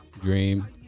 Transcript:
dream